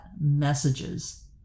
messages